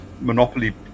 monopoly